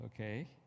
Okay